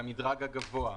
במדרג הגבוה,